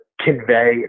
convey